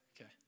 Okay